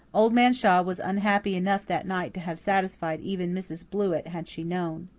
old man shaw was unhappy enough that night to have satisfied even mrs. blewett had she known.